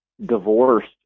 divorced